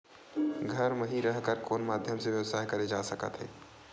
घर म हि रह कर कोन माध्यम से व्यवसाय करे जा सकत हे?